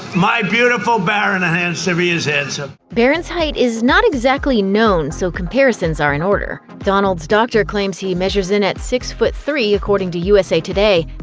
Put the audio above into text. my beautiful barron. handsome. he is handsome. barron's height is not exactly known so comparisons are in order. donald's doctor claims he measures in at six zero three, according to usa today.